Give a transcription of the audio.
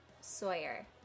Sawyer